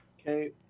Okay